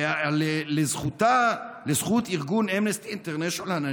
לזכות ארגון אמנסטי אינטרנשיונל אני